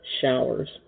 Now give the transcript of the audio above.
showers